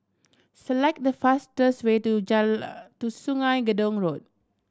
select the fastest way to to Sungei Gedong Road